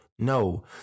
No